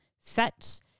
sets